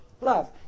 love